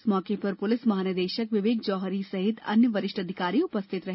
इस मौके पर पुलिस महानिदेशक विवेक जौहरी सहित अन्य वरिष्ठ अधिकारी उपस्थित रहे